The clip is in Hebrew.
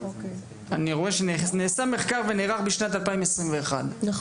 אני רואה שנעשה מחקר ונערך בשנת 2021. נכון.